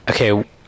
okay